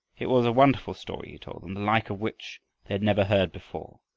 it was a wonderful story he told them, the like of which they had never heard before.